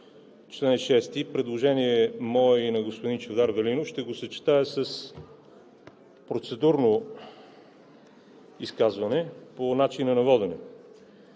чл. 6 – предложение мое и на господин Чавдар Велинов, ще го съчетая с процедурно изказване по начина на водене.